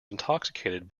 intoxicated